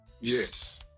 Yes